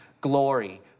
glory